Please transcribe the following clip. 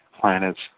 planets